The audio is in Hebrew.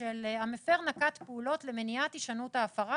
של המפר נקט פעולות למניעת הישנות ההפרה